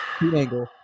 Angle